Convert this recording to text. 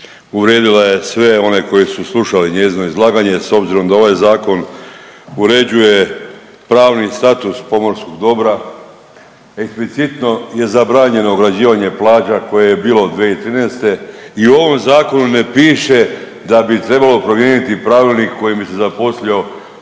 uvrijedila je sve one koji su slušali njezino izlaganje s obzirom da ovaj zakon uređuje pravni status pomorskog dobra, eksplicitno je zabranjeno ograđivanje plaža koje je bilo 2013. i u ovom zakonu ne piše da bi trebalo promijeniti pravilnik kojim bi se zaposlio